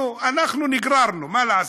אנחנו נגררנו, מה לעשות.